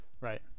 Right